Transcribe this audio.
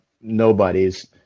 Nobody's